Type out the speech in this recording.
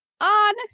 On